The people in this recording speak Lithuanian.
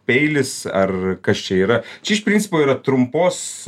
peilis ar kas čia yra čia iš principo yra trumpos